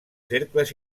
cercles